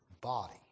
body